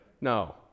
No